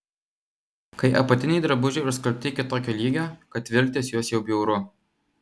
kai apatiniai drabužiai užskalbti iki tokio lygio kad vilktis juos jau bjauru